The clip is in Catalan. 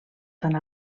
tant